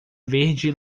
verde